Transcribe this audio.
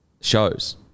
shows